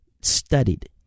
studied